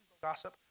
Gossip